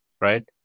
right